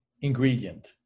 ingredient